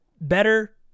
better